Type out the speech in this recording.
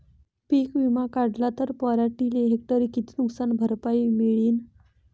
पीक विमा काढला त पराटीले हेक्टरी किती नुकसान भरपाई मिळीनं?